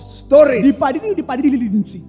stories